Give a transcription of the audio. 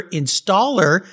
installer